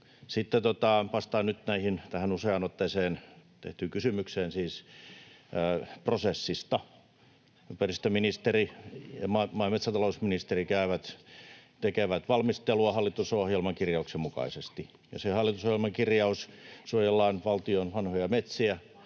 Sitten vastaan nyt tähän useaan otteeseen tehtyyn kysymykseen prosessista. Ympäristöministeri ja maa- ja metsätalousministeri tekevät valmistelua hallitusohjelman kirjauksen mukaisesti, ja kun on se hallitusohjelman kirjaus ”suojellaan valtion vanhoja metsiä”,